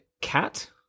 cat